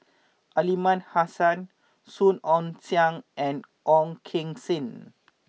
Aliman Hassan Song Ong Siang and Ong Keng Sen